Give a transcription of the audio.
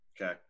Okay